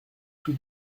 tous